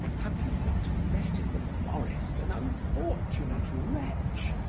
have you not met in the forest an unfortunate wretch,